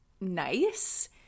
nice